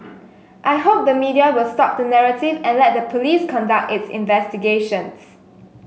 I hope the media will stop the narrative and let the police conduct its investigations